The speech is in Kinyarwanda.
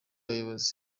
bayobozi